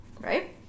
Right